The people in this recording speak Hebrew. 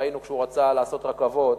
ראינו, כשהוא רצה לעשות רכבות